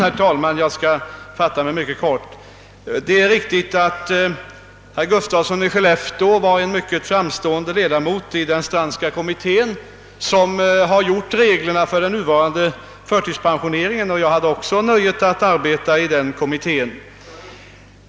Herr talman! Jag skall fatta mig mycket kort. Det är riktigt att herr Gustafsson i Skellefteå var en mycket framstående ledamot i den Strandska kommittén som har utformat reglerna för den nuvarande förtidspensioneringen. Jag hade också nöjet att arbeta i den kommittén.